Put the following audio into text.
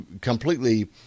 completely